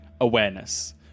awareness